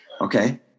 Okay